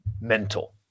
Mental